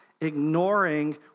ignoring